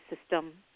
system